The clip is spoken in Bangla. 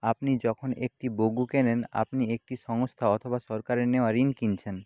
আপনি যখন একটি কেনেন আপনি একটি সংস্থা অথবা সরকারের নেওয়া ঋণ কিনছেন